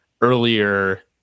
earlier